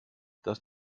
dass